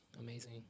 amazing